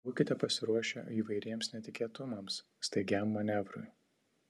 būkite pasiruošę įvairiems netikėtumams staigiam manevrui